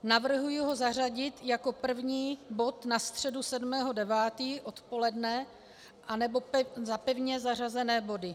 Navrhuji ho zařadit jako první bod na středu 7. 9. odpoledne, anebo za pevně zařazené body.